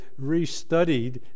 restudied